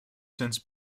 since